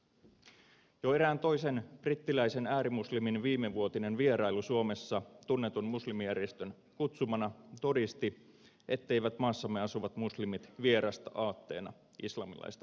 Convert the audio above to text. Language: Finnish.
jo erään toisen brittiläisen äärimuslimin viimevuotinen vierailu suomessa tunnetun muslimijärjestön kutsumana todisti etteivät maassamme asuvat muslimit vierasta aatteena islamilaista fanatismia